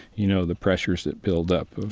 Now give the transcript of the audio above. you know, the pressures that build up of,